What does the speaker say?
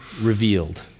revealed